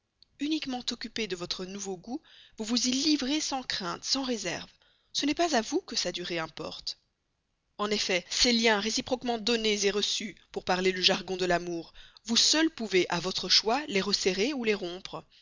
uniquement occupé de votre nouveau goût vous vous y livrez sans crainte sans réserve ce n'est pas à vous que sa durée importe en effet ces liens réciproquement donnés reçus pour parler le jargon de l'amour vous seul pouvez à votre choix les resserrer ou les rompre